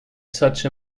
such